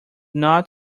not